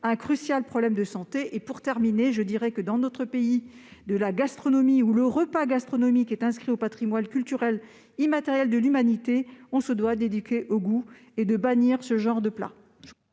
un crucial problème de santé. Pour terminer, je dirai que, dans un pays où le repas gastronomique est inscrit au patrimoine culturel immatériel de l'humanité, on se doit d'éduquer au goût et de bannir ce genre de plats.